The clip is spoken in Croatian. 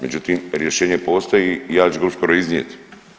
Međutim, rješenje postoji, ja ću ga uskoro iznijeti.